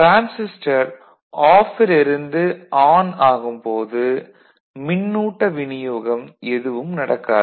transistor off ல் இருந்து on ஆகும் போது மின்னூட்ட விநியோகம் எதுவும் நடக்காது